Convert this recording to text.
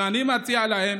ואני מציע להם